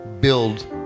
build